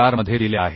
4 मध्ये दिल्या आहेत